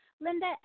Linda